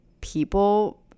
people